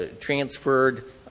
transferred